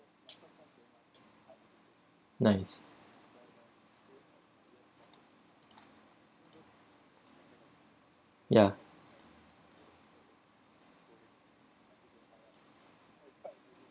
nice ya